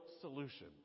solution